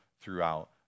throughout